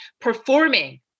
performing